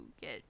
get